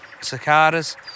cicadas